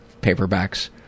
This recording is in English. paperbacks